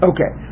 Okay